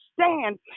stand